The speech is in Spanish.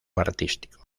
artístico